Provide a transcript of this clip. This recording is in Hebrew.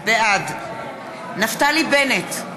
בעד נפתלי בנט,